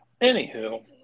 Anywho